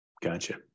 Gotcha